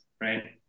Right